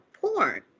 porn